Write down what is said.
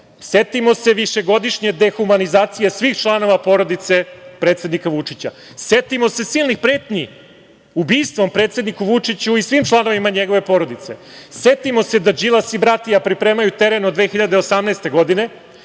Setimo se višegodišnje dehumanizacije svih članova porodice predsednika Vučića. Setimo se silnih pretnji ubistvom predsedniku Vučiću i svim članovima njegove porodice. Setimo se da Đilas i bratija pripremaju teren od 2018. godine